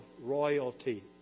royalty